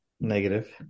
Negative